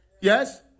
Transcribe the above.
Yes